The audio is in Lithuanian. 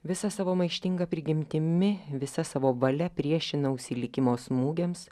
visa savo maištinga prigimtimi visa savo valia priešinausi likimo smūgiams